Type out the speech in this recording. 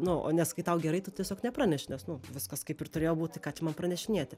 nu o nes kai tau gerai tu tiesiog nepraneši nes nu viskas kaip ir turėjo būt tai ką čia man pranešinėti